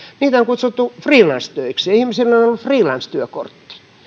niitä on kutsuttu freelance töiksi ja ihmisillä on ollut freelancetyökortti